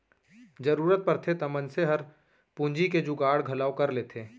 जरूरत परथे त मनसे हर पूंजी के जुगाड़ घलौ कर लेथे